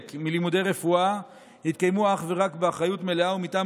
מלימודי רפואה יתקיימו אך ורק באחריות מלאה ומטעם